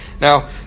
Now